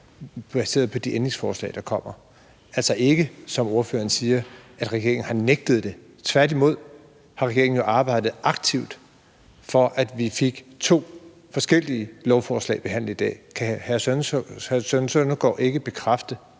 baseret på de ændringsforslag, der kommer? Altså, regeringen har ikke, som ordføreren siger, nægtet det – tværtimod har regeringen jo arbejdet aktivt for, at vi fik to forskellige lovforslag behandlet i dag. Kan hr. Søren Søndergaard ikke bekræfte,